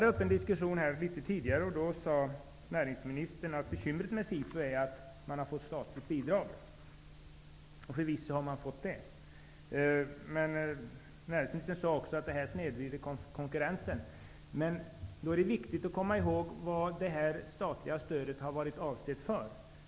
Litet tidigare i diskussionen här sade näringsministern att bekymret med SIFU är att man har fått statligt bidrag. Förvisso har man fått det. Näringsministern sade också att det här snedvrider konkurrensen. Men då är det viktigt att påminna om vad det statliga stödet har varit avsett för.